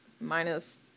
Minus